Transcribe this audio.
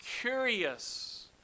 curious